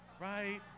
right